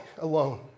alone